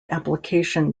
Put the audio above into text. application